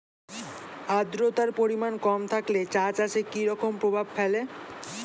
আদ্রতার পরিমাণ কম থাকলে চা চাষে কি রকম প্রভাব ফেলে?